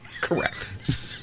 Correct